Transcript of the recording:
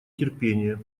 терпение